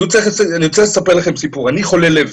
אני חולה לב.